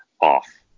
off